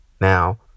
Now